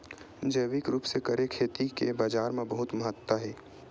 जैविक रूप से करे खेती के बाजार मा बहुत महत्ता हे